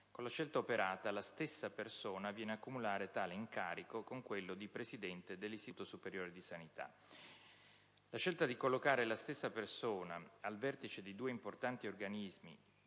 Con la scelta operata, la stessa persona viene a cumulare tale incarico con quello di presidente dell'Istituto superiore di sanità. La scelta di collocare la stessa persona al vertice di due importanti organismi,